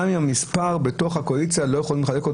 אם את המספר בתוך הקואליציה לא יכולים לחלק,